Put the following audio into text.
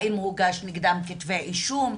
האם הוגשו נגדם כתבי אישום?